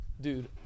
Dude